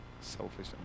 selfish